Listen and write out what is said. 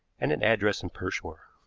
and an address in pershore.